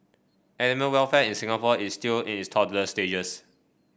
animal welfare in Singapore is still in its toddler stages